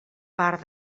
part